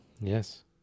Yes